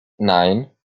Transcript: nein